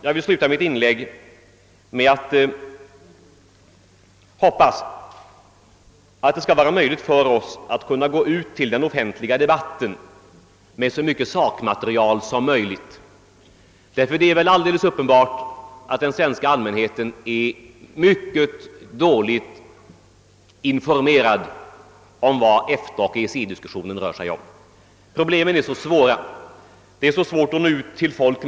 Jag vill avsluta mitt inlägg med att uttrycka en förhoppning, att det skall vara möjligt för oss att kunna gå ut i den offentliga debatten med så mycket sakmaterial som möjligt. Det är väl alldeles uppenbart att den svenska allmänheten är mycket dåligt informerad om vad EFTA och EEC-diskussionen rör sig om. Problemen är så svåra och det är besvärligt att nå ut till folk.